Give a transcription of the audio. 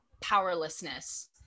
powerlessness